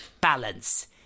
balance